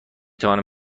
توانم